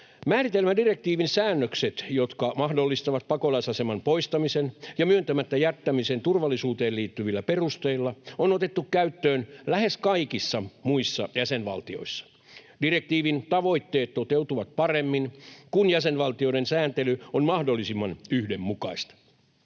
Määritelmädirektiivin säännökset, jotka mahdollistavat pakolaisaseman poistamisen ja myöntämättä jättämisen turvallisuuteen liittyvillä perusteilla, on otettu käyttöön lähes kaikissa muissa jäsenvaltioissa. Direktiivin tavoitteet toteutuvat paremmin, kun jäsenvaltioiden sääntely on mahdollisimman yhdenmukaista.